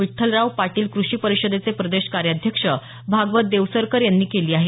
विठ्ठलराव पाटील क्रषी परिषदेचे प्रदेश कार्याध्यक्ष भागवत देवसरकर यांनी केली आहे